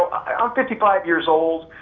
um fifty five years old,